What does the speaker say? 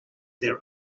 their